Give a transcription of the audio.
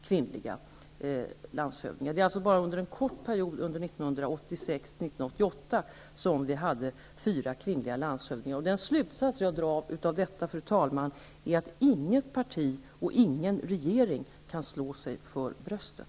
Det är alltså bara under en kort period 1986-1988 som vi hade fyra kvinnliga landshövdingar. Den slutsats jag drar av detta, fru talman, är att inget parti och ingen regering kan slå sig för bröstet.